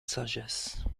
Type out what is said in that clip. sagesse